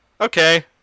Okay